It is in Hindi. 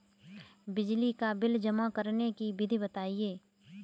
बिजली का बिल जमा करने की विधि बताइए?